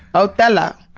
othello.